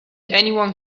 anyone